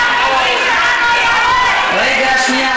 רגע, שנייה.